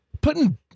Putting